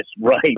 right